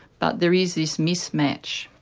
but there is this mismatch.